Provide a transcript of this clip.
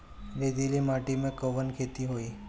रेतीली माटी में कवन खेती होई?